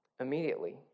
immediately